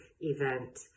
event